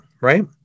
right